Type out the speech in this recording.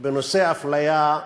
בנושא אפליה,